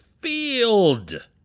Field